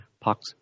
pox